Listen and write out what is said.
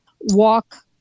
walk